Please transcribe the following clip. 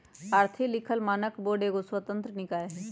आर्थिक लिखल मानक बोर्ड एगो स्वतंत्र निकाय हइ